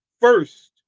first